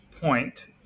point